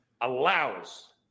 allows